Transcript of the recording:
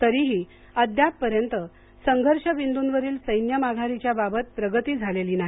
तरीही अद्यापपर्यंत संघर्ष बिंदूंवरील सैन्य माघारीच्या बाबत प्रगती झालेली नाही